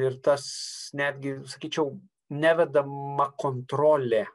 ir tas netgi sakyčiau nevedama kontrolė